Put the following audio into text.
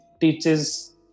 teaches